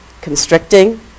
constricting